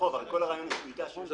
הרעיון הוא שיידע.